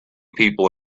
people